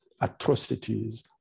atrocities